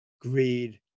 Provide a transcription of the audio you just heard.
greed